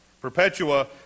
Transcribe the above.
Perpetua